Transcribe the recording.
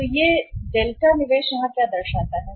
यह निवेश है तो डेल्टा यहाँ क्या दर्शाता है